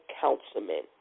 councilmen